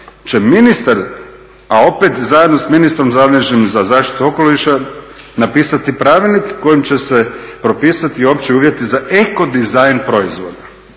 mi ministar, a opet zajedno s ministrom zaduženim za zaštitu okoliša napisati pravilnik kojim će se propisati opći uvjeti za eko dizajn proizvoda